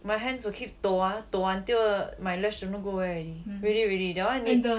my hands will keep 抖 ah 抖 until my lash don't know go where already really really that [one] need